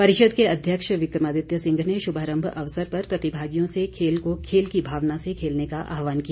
परिषद के अध्यक्ष विक्रमादित्य सिंह ने शुभारम्भ अवसर पर प्रतिभागियों से खेल को खेल की भावना से खेलने का आहवान किया